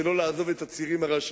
שלא נעזוב את הצירים הראשיים,